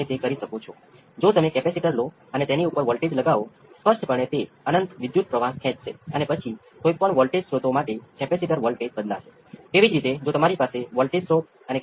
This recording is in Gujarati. તમે V c ઓફ 0 કેપેસિટર પર પ્રારંભિક સ્થિતિ પસંદ કરી શકો છો જેમ કે નેચરલ રિસ્પોન્સ 0 છે